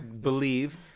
Believe